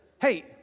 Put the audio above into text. hey